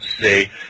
say